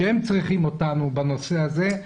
כשהם צריכים אותנו בנושא הזה,